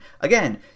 Again